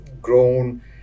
Grown